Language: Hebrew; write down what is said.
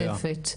שאלה נוספת,